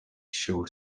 showed